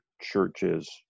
churches